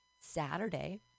Saturday